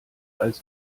als